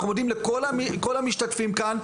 אנחנו מודים לכל המשתתפים כאן,